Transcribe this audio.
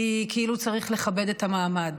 כי כאילו צריך לכבד את המעמד.